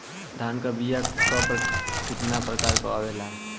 धान क बीया क कितना प्रकार आवेला?